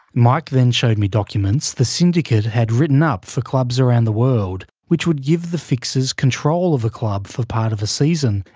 mike then showed me documents the syndicate had written up for clubs around the world, which would give the fixers control of a club for part of a season,